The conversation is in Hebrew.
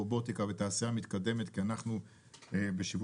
רובוטיקה ותעשייה מתקדמת כי אנחנו בשווי